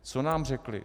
Co nám řekli?